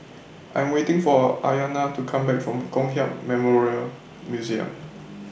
I'm waiting For Aryana to Come Back from Kong Hiap Memorial Museum